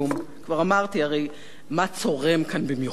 כבר אמרתי הרי מה צורם כאן במיוחד,